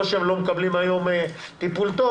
לא שהם לא מקבלים היום טיפול טוב,